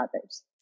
others